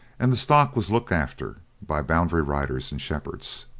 and the stock was looked after by boundary riders and shepherds.